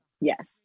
Yes